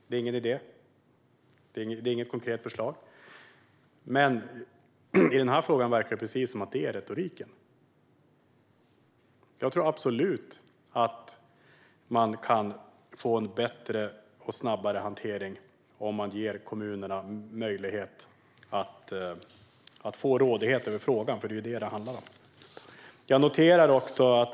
Det är ingen idé, och det finns inget sådant konkret förslag. Men i frågan vi nu diskuterar verkar retoriken vara just sådan. Jag tror absolut att man kan få en bättre och snabbare hantering om man ger kommunerna rådighet över frågan. Det är vad det hela handlar om.